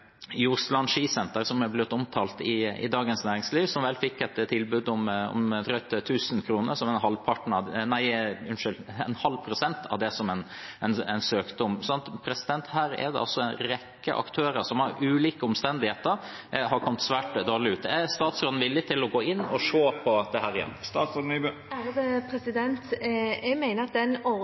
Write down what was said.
skisenter, som er blitt omtalt i Dagens Næringsliv, og som vel fikk et tilbud om drøyt 1 000 kr, som er 0,5 pst. av det en søkte om. Her er det altså en rekke aktører som grunnet ulike omstendigheter har kommet svært dårlig ut. Er statsråden villig til å gå inn og se på dette igjen? Jeg mener at den ordningen vi har hatt, har vært innenfor vedtaket Stortinget har fattet. Det er helt sikkert riktig, som representanten sier, at